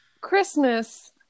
Christmas